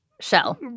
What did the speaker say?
shell